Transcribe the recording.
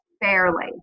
fairly